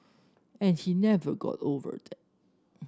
and he never got over that